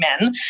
men